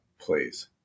please